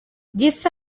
gisa